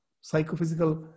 psychophysical